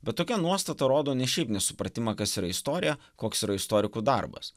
bet tokia nuostata rodo ne šiaip nesupratimą kas yra istorija koks yra istorikų darbas